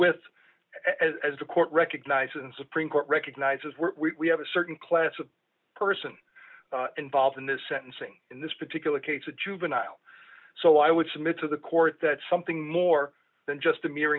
with as the court recognizes and supreme court recognizes what we have a certain class of person involved in the sentencing in this particular case a juvenile so i would submit to the court that something more than just a mere